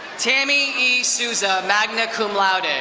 tammy e. sousa, magna cum laude. and